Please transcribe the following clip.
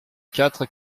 quatre